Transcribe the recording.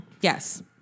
Yes